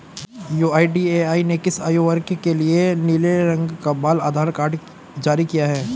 UIDAI ने किस आयु वर्ग के लिए नीले रंग का बाल आधार कार्ड जारी किया है?